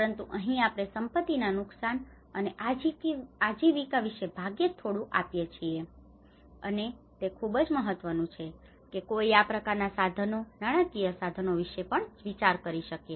પરંતુ અહીં આપણે સંપત્તિના નુકસાન અને આજીવિકા વિશે ભાગ્યે જ થોડું આપીએ છીએ અને તે ખૂબ મહત્વનું છે કે કોઈ આ પ્રકારના સાધનો નાણાકીય સાધનો વિશે પણ વિચાર કરી શકે